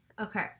Okay